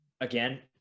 again